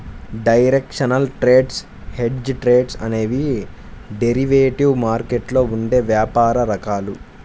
directional trades, hedged trades అనేవి derivative మార్కెట్లో ఉండే వ్యాపార రకాలు